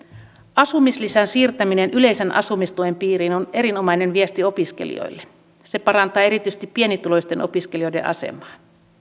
asumislisän siirtäminen yleisen asumistuen piiriin on erinomainen viesti opiskelijoille se parantaa erityisesti pienituloisten opiskelijoiden asemaa